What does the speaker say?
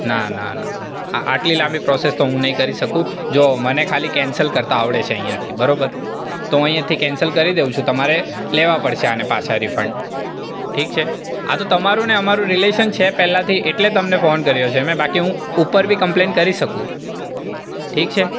ના ના ના આટલી લાંબી પ્રોસેસ તો હું નહીં કરી શકું જો મને ખાલી કેન્સલ કરતાં આવડે છે અહીંયાથી બરોબર તો હું અહીંયાથી કેન્સલ કરી દઉં છું તમારે લેવા પડશે આને પાછા રિફંડ ઠીક છે આ તો તમારું ને અમારું રિલેશન છે પહેલાથી એટલે તમને ફોન કર્યો છે બાકી હું ઉપર બી કંમ્પ્લેઇન કરી શકું ઠીક છે